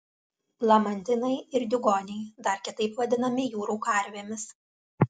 lamantinai ir diugoniai dar kitaip vadinami jūrų karvėmis